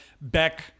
Beck